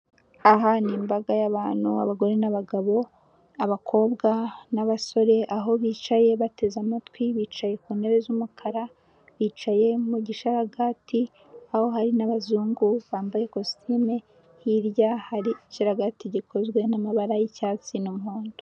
Aha ni imbaga y'abantu abagore n'abagabo, abakobwa n'abasore, aho bicaye bateze amatwi, bicaye ku ntebe z'umukara, bicaye mu gisharagati, aho hari n'abazungu bambaye ikositime, hirya hari igisharagati gikozwe n'amabara y'icyatsi n'umuhondo.